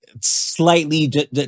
slightly